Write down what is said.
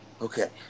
Okay